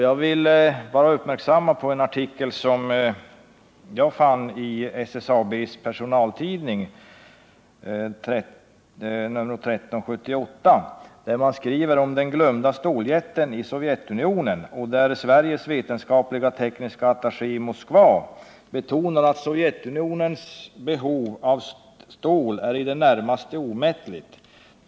Jag vill fästa uppmärksamheten på en artikel i SSAB:s personaltidning nr 13/1978, där man skriver om den glömda ståljätten i Sovjetunionen och där Sveriges vetenskapligt-tekniska attaché i Moskva i en intervju betonar att ”Sovjets behov av stål är i det närmaste omättligt”.